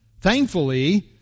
Thankfully